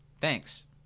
Thanks